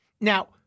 Now